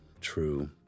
true